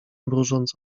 mrużąc